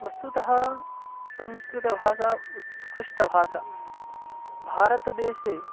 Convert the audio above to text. वस्तुतः संस्कृतभाषा उत्कृष्टभाषा भारतदेशे